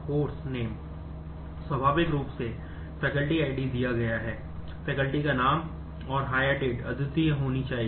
faculty का name और hire date अद्वितीय होनी चाहिए